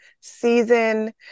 season